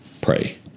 pray